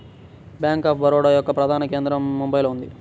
bank of Baroda యొక్క ప్రధాన కేంద్రం బొంబాయిలో ఉన్నది